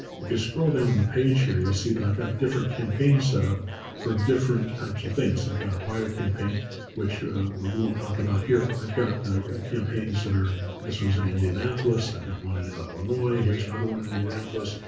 if you scroll down the page here you'll see that i've got different campaigns set up for different types of things. i've got a buyer campaign which we won't talk about here. i've got ah campaigns that are, and this one's in indianapolis, i've got one in illinois. here's another one in in indianapolis.